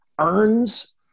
earns